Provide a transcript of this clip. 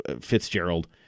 Fitzgerald